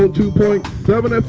ah two point seven ah